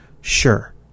Sure